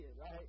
right